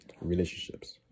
relationships